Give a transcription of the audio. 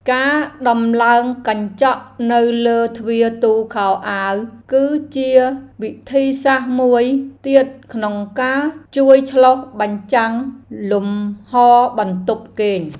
ការដំឡើងកញ្ចក់នៅលើទ្វារទូខោអាវគឺជាវិធីសាស្ត្រមួយទៀតក្នុងការជួយឆ្លុះបញ្ចាំងលំហរបន្ទប់គេង។